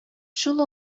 шул